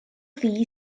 ddu